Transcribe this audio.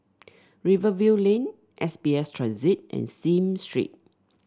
Rivervale Lane S B S Transit and Sime Street